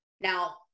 Now